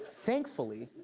thankfully,